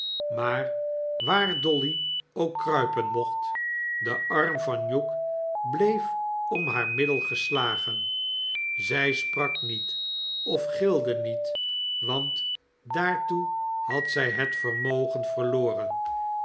maar waar dolly ook kruipen mocht de arm van hugh bleef om haar middel geslagen zij sprak niet of gilde niet want daartoe had zij het vermogen verloren